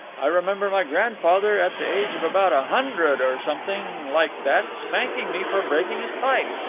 i remember my grandfather at the age of about a hundred or something like that spanking me for breaking his pipe.